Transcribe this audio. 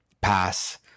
pass